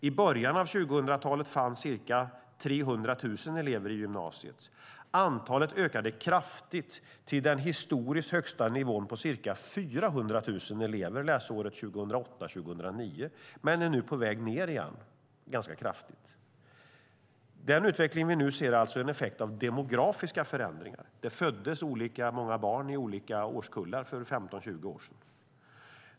I början av 2000-talet fanns ca 300 000 elever i gymnasiet. Antalet ökade kraftigt till den historiskt sett högsta nivån, ca 400 000 elever, läsåret 2008/09 men är nu ganska kraftigt på väg ned igen. Den utveckling vi nu ser är alltså en effekt av demografiska förändringar. Det föddes olika många barn i olika årskullar för 15-20 år sedan.